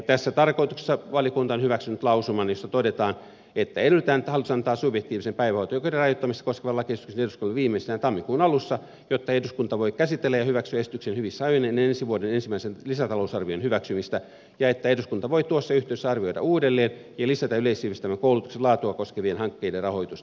tässä tarkoituksessa valiokunta on hyväksynyt lausuman jossa todetaan että edellytetään että hallitus antaa subjektiivisen päivähoito oikeuden rajoittamista koskevan lakiesityksen eduskunnalle viimeistään tammikuun alussa jotta eduskunta voi käsitellä ja hyväksyä esityksen hyvissä ajoin ennen ensi vuoden ensimmäisen lisätalousarvion hyväksymistä ja että eduskunta voi tuossa yhteydessä arvioida uudelleen ja lisätä yleissivistävän koulutuksen laatua koskevien hankkeiden rahoitusta